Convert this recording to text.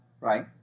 right